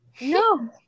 no